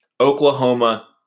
Oklahoma